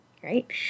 Great